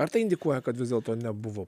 ar tai indikuoja kad vis dėlto nebuvo